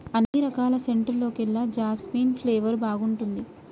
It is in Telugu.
అన్ని రకాల సెంటుల్లోకెల్లా జాస్మిన్ ఫ్లేవర్ బాగుంటుంది